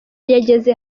yageze